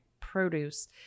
produce